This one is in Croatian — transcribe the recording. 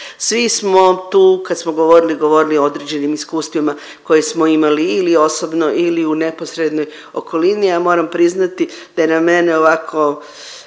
Svi smo tu kad smo govorili, govorili o određenim iskustvima koje smo imali ili osobno ili u neposrednoj okolini. Ja moram priznati da je na mene ovako